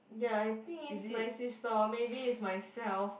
ya I think is my sister or maybe is myself